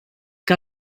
que